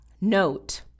note